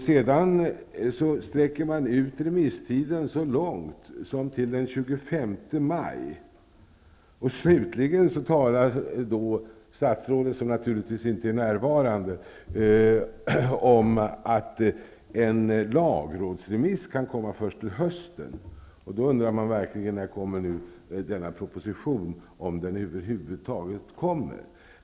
Sedan utsträcker man remisstiden så långt som till den 25 maj. Slutligen talar statsrådet, som naturligtvis inte är närvarande, om att en lagrådsremiss kan komma först till hösten. Då undrar jag verkligen: När kommer denna proposition, om den över huvud taget kommer?